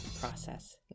process